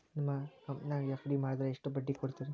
ನಿಮ್ಮ ಕಂಪನ್ಯಾಗ ಎಫ್.ಡಿ ಮಾಡಿದ್ರ ಎಷ್ಟು ಬಡ್ಡಿ ಕೊಡ್ತೇರಿ?